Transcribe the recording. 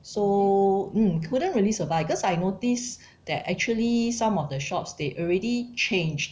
so mm couldn't really survive cause I notice that actually some of the shops they already changed